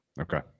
Okay